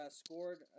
scored